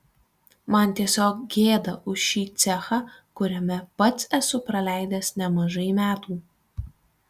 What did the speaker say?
man tiesiog gėda už šį cechą kuriame pats esu praleidęs nemažai metų